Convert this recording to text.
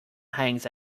hangs